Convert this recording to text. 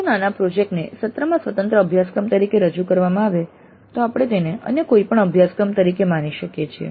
જો નાના પ્રોજેક્ટ ને સત્રમાં સ્વતંત્ર અભ્યાસક્રમ તરીકે રજૂ કરવામાં આવે તો આપણે તેને અન્ય કોઈપણ અભ્યાસક્રમ તરીકે માની શકીએ છીએ